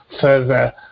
further